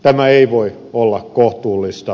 tämä ei voi olla kohtuullista